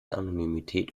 anonymität